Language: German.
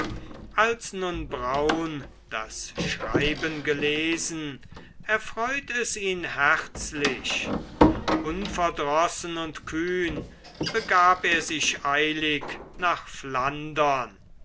als nun braun das schreiben gelesen erfreut es ihn herzlich unverdrossen und kühn begab er sich eilig nach flandern